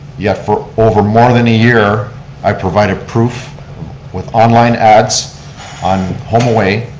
yet, for over more than a year i provided proof with online ads on homeaway